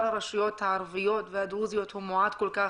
הרשויות הערביות והדרוזיות מועט כל כך?